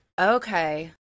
Okay